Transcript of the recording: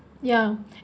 ya